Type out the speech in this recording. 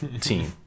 team